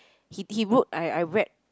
he'd he wrote I I read